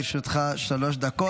בבקשה, לרשותך שלוש דקות.